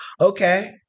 Okay